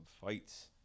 fights